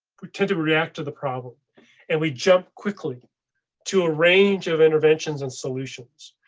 we tend to react to the problem and we jump quickly to a range of interventions and solutions.